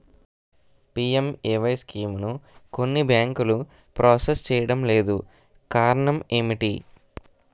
PMAY స్కీమును కొన్ని బ్యాంకులు ప్రాసెస్ చేయడం లేదు కారణం ఏమిటి?